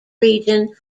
region